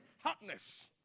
hotness